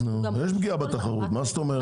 יש פגיעה בתחרות, מה זאת אומרת?